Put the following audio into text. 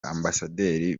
ambasaderi